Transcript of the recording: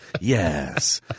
Yes